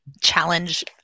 challenge